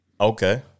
Okay